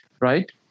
right